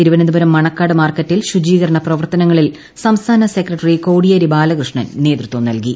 തിരുവനന്തപുരം മണക്കാട് മാർക്കറ്റിൽ ശുചീകരണ പ്രവർത്തനങ്ങളിൽ സംസ്ഥാന സെക്രട്ടറി കോടിയേരിബാലകൃഷ്ണൻ നേതൃത്വം നൽകി